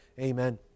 Amen